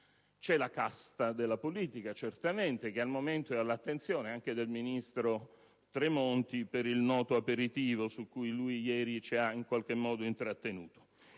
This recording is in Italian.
la casta della politica, che al momento è all'attenzione anche del ministro Tremonti per il noto aperitivo in cui ieri ci ha in qualche modo individuato.